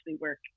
work